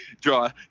draw